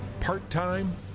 part-time